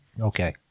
Okay